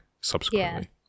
subsequently